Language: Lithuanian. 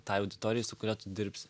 tai auditorijai su kuria tu dirbsi